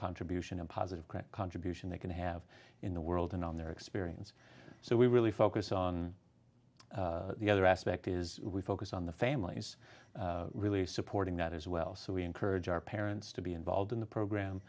contribution a positive contribution they can have in the world and on their experience so we really focus on the other aspect is we focus on the families really supporting that as well so we encourage our parents to be involved in the